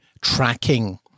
tracking